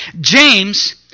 James